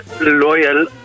loyal